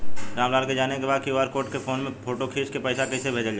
राम लाल के जाने के बा की क्यू.आर कोड के फोन में फोटो खींच के पैसा कैसे भेजे जाला?